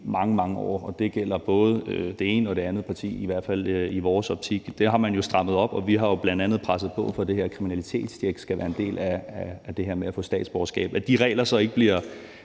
mange, mange år, og det gælder fra både det ene og det andet parti, i hvert fald set i vores optik. Der har man jo strammet op, og vi har bl.a. presset på for, at det her kriminalitetstjek skal være en del er det her med at få statsborgerskab. At de regler så ikke bliver